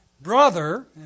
brother